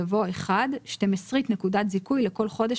יבוא "(1)שתים עשרית נקודת זיכוי לכל חודש